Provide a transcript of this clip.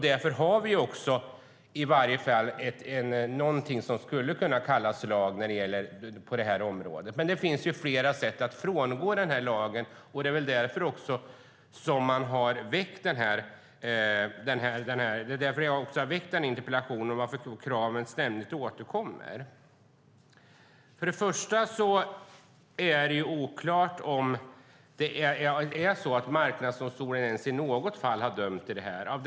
Därför finns det någonting vi kan kalla lag på området. Men det finns flera sätt att frångå lagen, och det är därför jag har väckt interpellationen. Kraven återkommer ständigt. Först och främst är det oklart om Marknadsdomstolen ens i något fall har dömt i en sådan här fråga.